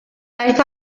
daeth